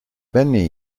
venne